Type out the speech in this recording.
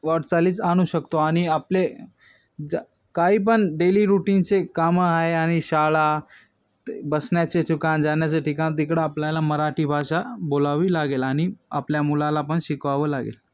वाटचालीचं आणू शकतो आणि आपले जे काही पण डेली रूटीनचे कामं आहे आणि शाळा ते बसण्याचे ठिकाण जाण्याचं ठिकाण तिकडं आपल्याला मराठी भाषा बोलावी लागेल आणि आपल्या मुलाला पण शिकवावं लागेल